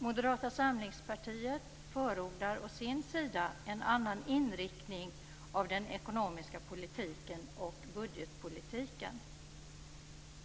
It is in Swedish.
Moderata samlingspartiet förordar å sin sida en annan inriktning av den ekonomiska politiken och budgetpolitiken.